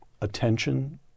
attention